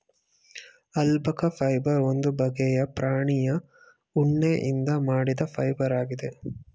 alpaca fibre ಒಂದು ಬಗ್ಗೆಯ ಪ್ರಾಣಿಯ ಉಣ್ಣೆಯಿಂದ ಮಾಡಿದ ಫೈಬರ್ ಆಗಿದೆ